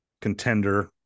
contender